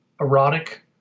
erotic